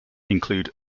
include